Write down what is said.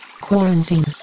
quarantine